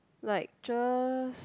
like just